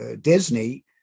Disney